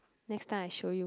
next time I show you